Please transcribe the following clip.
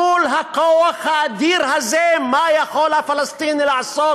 מול הכול האדיר הזה, מה יכול הפלסטיני לעשות,